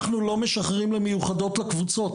אנחנו לא משחררים למיוחדות לקבוצות,